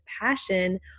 passion